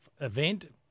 Event